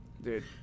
Dude